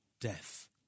death